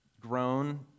grown